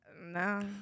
no